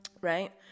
right